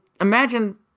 imagine